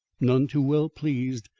none too well pleased,